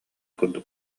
курдук